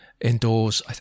indoors